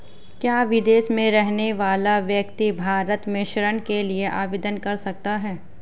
क्या विदेश में रहने वाला व्यक्ति भारत में ऋण के लिए आवेदन कर सकता है?